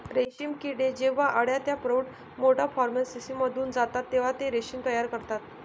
रेशीम किडे जेव्हा अळ्या ते प्रौढ मेटामॉर्फोसिसमधून जातात तेव्हा ते रेशीम तयार करतात